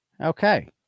Okay